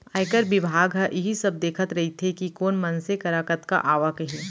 आयकर बिभाग ह इही सब देखत रइथे कि कोन मनसे करा कतका आवक हे